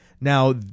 Now